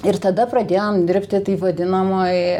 ir tada pradėjom dirbti taip vadinamoj